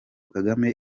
kagame